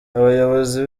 abayobozi